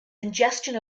ingestion